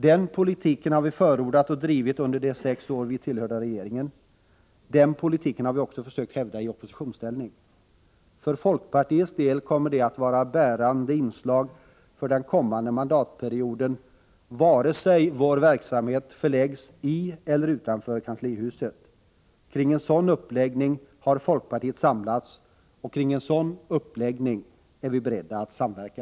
Den politiken har vi förordat och drivit under de sex år vi tillhörde regeringen. Den politiken har vi också sökt hävda i oppositionsställning. För folkpartiets del kommer det att vara bärande inslag för den kommande mandatperioden, vare sig vår verksamhet förläggs i eller utanför kanslihuset. Kring en sådan uppläggning har folkpartiet samlats, och kring en sådan uppläggning är vi beredda att samverka.